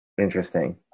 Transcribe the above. interesting